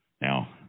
Now